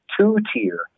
two-tier